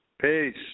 Peace